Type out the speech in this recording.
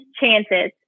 chances